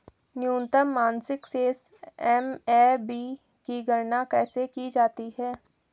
न्यूनतम मासिक शेष एम.ए.बी की गणना कैसे की जाती है?